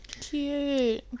Cute